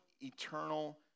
eternal